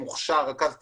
מוכשר רכז תקשוב.